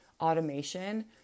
automation